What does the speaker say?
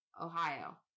Ohio